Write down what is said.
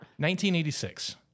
1986